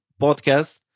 podcast